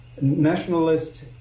Nationalist